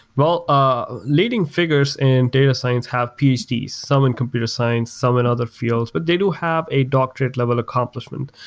ah leading figures in data science have ph ds, some in computer science, some in other fields, but they don't have a doctorate level accomplishment,